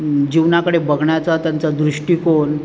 जीवनाकडे बघण्याचा त्यांचा दृष्टिकोन